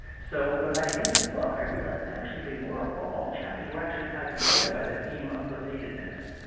so but by the end of the book, i realized that actually they were all the chapters were actually tied together by the theme of relatedness,